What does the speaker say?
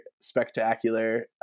spectacular